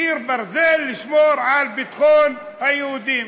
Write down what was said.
קיר ברזל, לשמור על ביטחון היהודים.